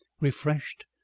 refreshed